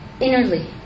innerly